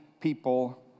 people